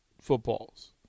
footballs